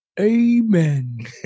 Amen